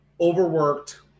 overworked